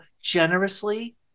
generously